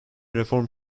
reform